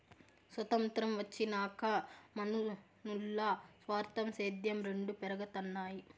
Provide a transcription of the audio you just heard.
సొతంత్రం వచ్చినాక మనునుల్ల స్వార్థం, సేద్యం రెండు పెరగతన్నాయి